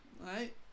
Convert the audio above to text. right